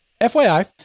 FYI